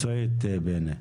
מקצועית, בני.